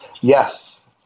Yes